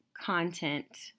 content